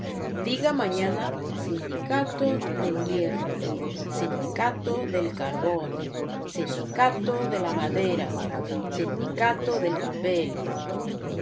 diga mañana sindicato del hierro sindicato del carbón sindicato de la madera sindicato del papel